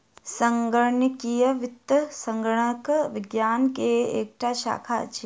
संगणकीय वित्त संगणक विज्ञान के एकटा शाखा अछि